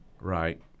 Right